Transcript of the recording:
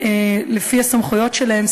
לפי הסמכויות שלהם,